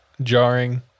jarring